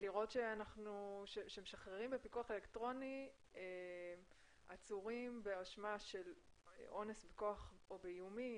לראות שמשחררים בפיקוח אלקטרוני עצורים באשמה של אונס בכוח או באיומים,